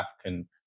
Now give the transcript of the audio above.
African